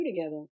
together